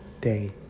day